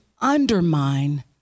undermine